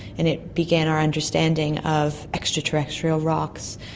and it began our understanding of extraterrestrial rocks,